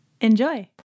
Enjoy